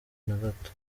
nagato